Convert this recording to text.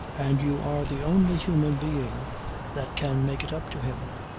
and you are the only human being that can make it up to him.